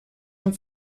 amb